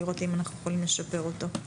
לראות אם אנחנו יכולים לשפר אותו.